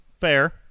Fair